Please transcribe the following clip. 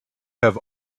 have